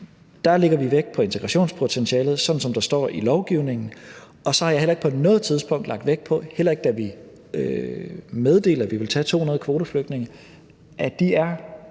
lægger vi vægt på integrationspotentialet, sådan som der står i lovgivningen. Og så har jeg heller ikke på noget tidspunkt lagt vægt på, heller ikke da vi meddelte, at vi ville tage 200 kvoteflygtninge, at de